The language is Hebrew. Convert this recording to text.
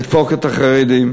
לדפוק את החרדים.